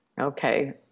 okay